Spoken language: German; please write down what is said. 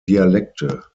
dialekte